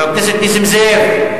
חבר הכנסת נסים זאב,